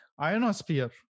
Ionosphere